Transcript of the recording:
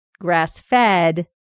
grass-fed